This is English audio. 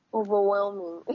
overwhelming